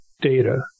data